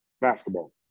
basketball